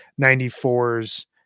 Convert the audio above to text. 94's